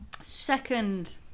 Second